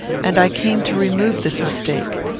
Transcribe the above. and i came to remove this mistake.